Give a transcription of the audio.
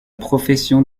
profession